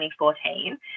2014